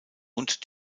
und